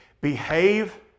behave